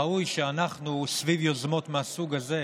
ראוי שאנחנו נדע לשתף פעולה סביב יוזמות מהסוג הזה.